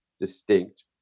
distinct